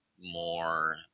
more